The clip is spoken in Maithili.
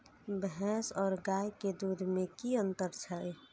भैस और गाय के दूध में कि अंतर छै?